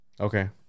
okay